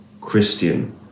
Christian